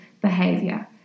behavior